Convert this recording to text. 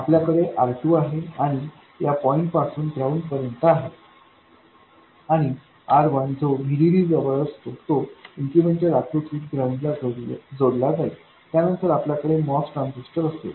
आपल्याकडे R2आहे आणि या पॉईंटपासून ग्राउंड पर्यंत आहे आणि R1जो VDD जवळ असतो तो इन्क्रिमेंटल आकृतीत ग्राउंड ला जोडला जाईल त्यानंतर आपल्याकडे MOS ट्रान्झिस्टर असेल